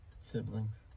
siblings